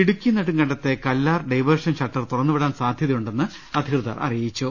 ഇടുക്കി നെടുങ്കണ്ടത്തെ Kallar diversion shutter തുറന്ന് വിടാൻ സാദ്ധ്യതയുണ്ടെന്ന് അധികൃതർ അറിയിച്ചു